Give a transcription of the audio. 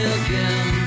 again